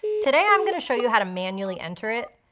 today i'm gonna show you how to manually enter it